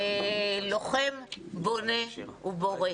לוחם, בונה ובורא.